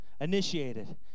initiated